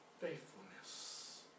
faithfulness